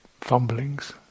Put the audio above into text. fumblings